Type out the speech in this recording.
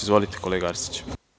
Izvolite, kolega Arsiću.